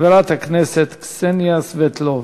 חברת הכנסת קסניה סבטלובה.